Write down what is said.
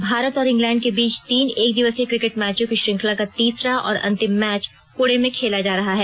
और भारत और इंग्लैंड के बीच तीन एकदिवसीय क्रिकेट मैचों की श्रृंखला का तीसरा और अंतिम मैच पुणे में खेला जा रहा है